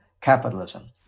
capitalism